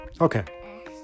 Okay